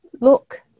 look